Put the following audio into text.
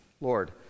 Lord